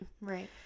right